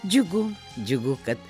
džiugu džiugu kad